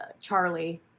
Charlie